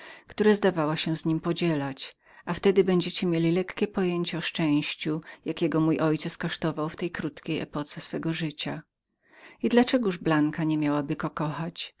które zdawała się z nim podzielać a wtedy będziecie mieli lekkie pojęcie o szczęściu jakiego mój ojciec kosztował w tej krótkiej epoce swego życia i dla czegoż blanka nie miałaby go kochać